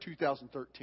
2013